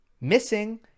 missing